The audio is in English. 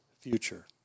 future